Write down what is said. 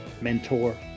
mentor